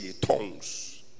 tongues